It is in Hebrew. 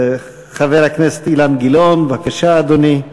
חבר הכנסת אילן גילאון, בבקשה, אדוני.